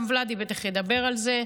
גם וולדי בטח ידבר על זה,